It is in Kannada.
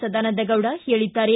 ಸದಾನಂದಗೌಡ ಹೇಳಿದ್ದಾರೆ